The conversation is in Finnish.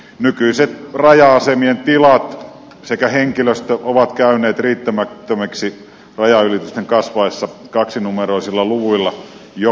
nykyiset raja asemien tilat sekä henkilöstö ovat käyneet riittämättömiksi rajanylitysten kasvaessa kaksinumeroisilla luvuilla joka vuosi